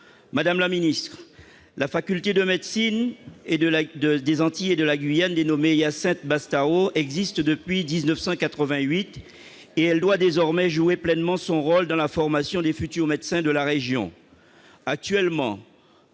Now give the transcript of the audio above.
madame la Ministre, la faculté de médecine et de la de Desanti et de la Guyane, il y a sept Bastareaud existe depuis 1988 et elle doit désormais jouer pleinement son rôle dans la formation des futurs médecins de la région